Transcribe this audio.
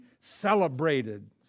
celebrated